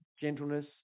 gentleness